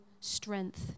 strength